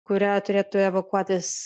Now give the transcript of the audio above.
kuria turėtų evakuotis